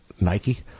Nike